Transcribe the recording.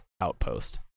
outpost